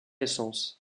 essence